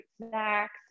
snacks